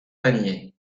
panier